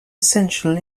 essential